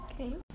Okay